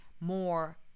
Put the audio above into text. more